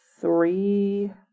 three